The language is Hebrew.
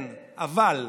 כן, אבל.